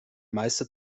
meiste